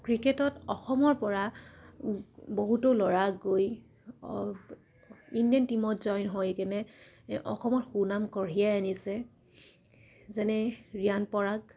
ক্ৰিকেটত অসমৰ পৰা বহুতো ল'ৰাক গৈ ইণ্ডিয়ান টীমত জইন হয় কেনে অসমৰ সুনাম কঢ়িয়াই আনিছে যেনে ৰিয়ান পৰাগ